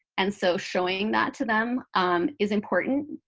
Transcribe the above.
and so showing that to them is important.